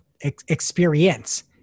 experience